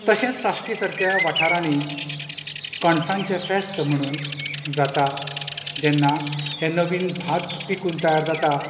तशेंच साश्टी सारक्या वाठारांनी कणसांचें फेस्त म्हणून जाता जेन्ना हें नवीन भात पिकून तयार जाता